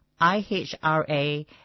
IHRA